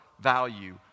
value